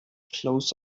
closed